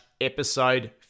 episode